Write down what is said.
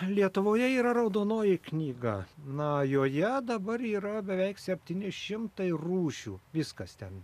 lietuvoje yra raudonoji knyga na joje dabar yra beveik septyni šimtai rūšių viskas ten